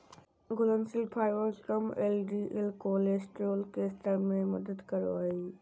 घुलनशील फाइबर कम LDL cholesterol के स्तर में मदद करो हइ